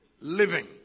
living